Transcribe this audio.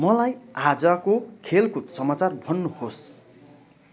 मलाई आजको खेलकुद समाचार भन्नुहोस्